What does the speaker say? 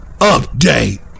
UPDATE